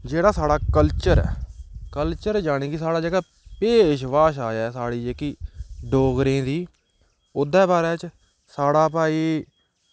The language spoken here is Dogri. जेह्ड़ा साढ़ा कल्चर ऐ कल्चर जानि के साढ़ा जेह्का भेश भाशा ऐ साढ़ी जेह्की डोगरें दी ओह्दे बारे च साढ़ा भाई